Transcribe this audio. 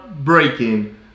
Breaking